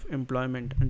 employment